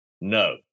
No